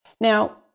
Now